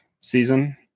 season